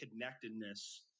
connectedness